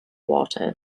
water